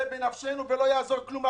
זה בנפשנו ולא יעזור כלום.